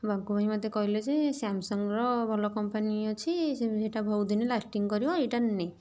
ବାଙ୍କୁ ଭାଇ ମତେ କହିଲେ ଯେ ସାମସଙ୍ଗର ଭଲ କମ୍ପାନୀ ଅଛି ସେଇଟା ବହୁତ ଦିନ ଲାଷ୍ଟିଂ କରିବ ଏଇଟା ନେ